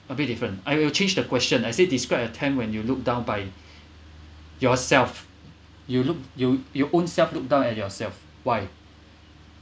a bit different I will change the question I say describe a time when you looked down by yourself you look you you own self look down at yourself why